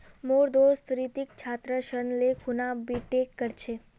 मोर दोस्त रितिक छात्र ऋण ले खूना बीटेक कर छ